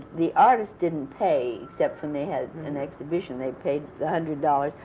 the artists didn't pay, except when they had an exhibition they paid a hundred dollars,